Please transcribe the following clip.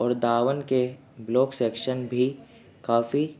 اور داون کے blog section بھی کافی